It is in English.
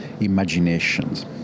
imaginations